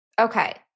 Okay